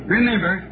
Remember